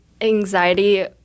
anxiety